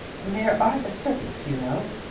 there are the servants, you know.